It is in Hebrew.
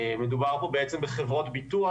מדובר פה בעצם בחברות ביטוח,